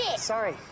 Sorry